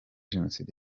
jenoside